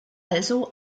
also